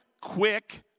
quick